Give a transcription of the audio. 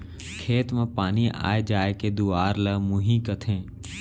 खेत म पानी आय जाय के दुवार ल मुंही कथें